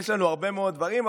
יש לנו הרבה מאוד דברים,